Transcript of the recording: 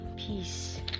peace